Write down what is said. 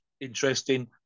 interesting